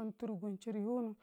wanturukun chiri yunu